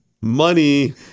money